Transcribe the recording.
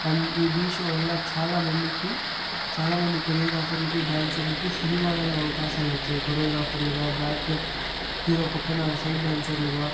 and ఈ Dhee show వల్ల చాలా మందికి చాలా మంది కొరియోగ్రాఫర్లకి డ్యాన్సర్లకి సినిమాలలో అవకాశాలు వచ్చాయి కొరియోగ్రాఫర్లుగా బ్యాక్ హీరో పక్కన సైడ్ డ్యాన్సర్లుగా